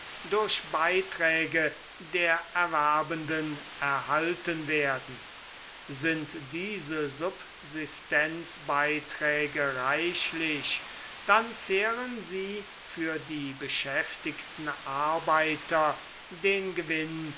durch beiträge der erwerbenden erhalten werden sind diese subsistenzbeiträge reichlich dann zehren sie für die beschäftigten arbeiter den gewinn